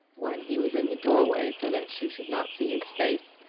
when he was in the door-way, so that she should not see his face,